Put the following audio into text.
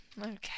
Okay